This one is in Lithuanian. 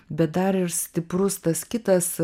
bet dar ir stiprus tas kitas